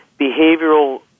behavioral